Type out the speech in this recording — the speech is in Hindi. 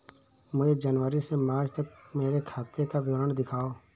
मुझे जनवरी से मार्च तक मेरे खाते का विवरण दिखाओ?